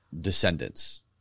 descendants